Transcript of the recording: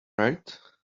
right